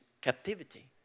captivity